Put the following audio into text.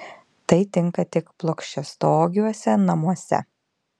tai tinka tik plokščiastogiuose namuose